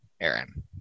Aaron